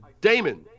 Damon